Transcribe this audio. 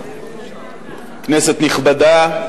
כנסת נכבדה,